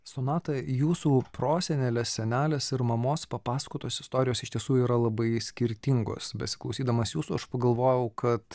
sonata jūsų prosenelės senelės ir mamos papasakotos istorijos iš tiesų yra labai skirtingos besiklausydamas jūsų aš pagalvojau kad